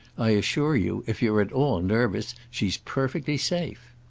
i assure you, if you're at all nervous, she's perfectly safe.